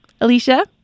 Alicia